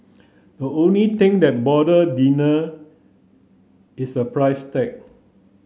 the only thing that bother diner is the price tag